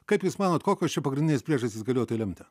kaip jūs manot kokios čia pagrindinės priežastys galėjo tai lemti